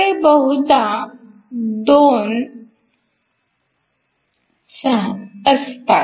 ते बहुधा दोन 6 असतात